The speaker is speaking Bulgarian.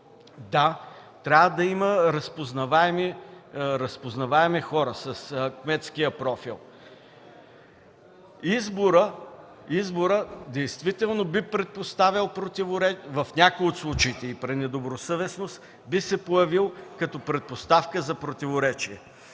Да, трябва да има разпознаваеми хора с кметския профил. Изборът действително би предпоставил противоречие в някои от случаите и при недобросъвестност би се появил като предпоставка за противоречие.